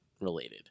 related